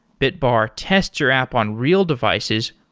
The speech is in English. bitbar tests your app on real devices,